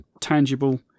tangible